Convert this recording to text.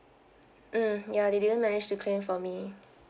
mm ya they didn't manage to claim for me